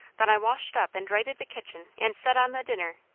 then i washed up, and righted the kitchen and set on the dinner.